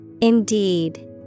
Indeed